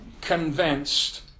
convinced